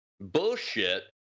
bullshit